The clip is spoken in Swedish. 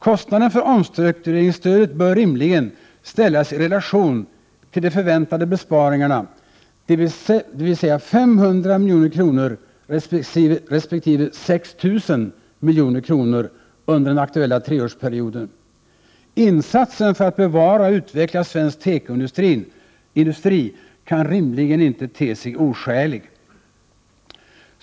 Kostnaden för omstruktureringsstödet bör rimligen ställas i relation till de förväntade besparingarna, dvs. 500 milj.kr. resp. 6 000 milj.kr. under den aktuella treårsperioden. Insatsen för att bevara och utveckla svensk tekoindustri kan rimligen inte te sig oskälig.